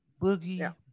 Boogie